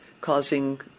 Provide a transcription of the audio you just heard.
causing